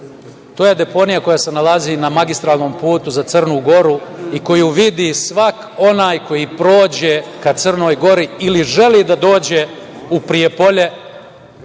To je deponija koja se nalazi na magistralnom putu za Crnu Goru i koju vidi svako ko prođe ka Crnoj Gori ili želi da dođe u Prijepolje,